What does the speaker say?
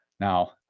Now